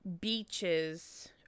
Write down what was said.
beaches